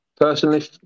Personally